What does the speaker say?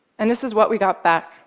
and this is what we got back.